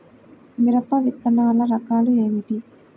మిరప విత్తనాల రకాలు ఏమిటి?